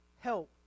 help